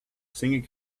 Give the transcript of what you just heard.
singing